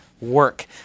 work